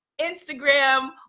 Instagram